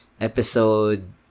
episode